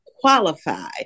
qualify